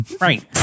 right